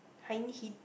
hindhede